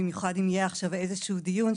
במיוחד אם יהיה עכשיו איזשהו דיון,